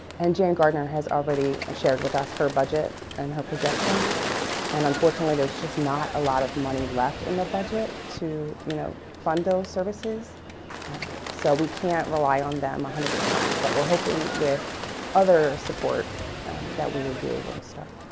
and jan gardner has already shared with us her budget and her projections and unfortunately there's just not a lot of money left in the budget to you know, fund those services so we can't rely on them one ah hundred percent but we're hoping with other support that we would be able to start